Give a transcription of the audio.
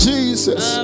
Jesus